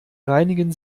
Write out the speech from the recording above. reinigen